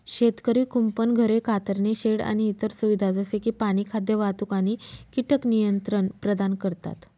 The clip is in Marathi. शेतकरी कुंपण, घरे, कातरणे शेड आणि इतर सुविधा जसे की पाणी, खाद्य, वाहतूक आणि कीटक नियंत्रण प्रदान करतात